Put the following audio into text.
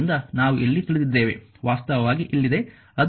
ಆದ್ದರಿಂದ ನಾವು ಇಲ್ಲಿ ತಿಳಿದಿದ್ದೇವೆ ವಾಸ್ತವವಾಗಿ ಇಲ್ಲಿದೆ ಅದು ನೀವು 0